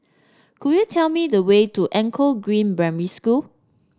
could you tell me the way to Anchor Green Primary School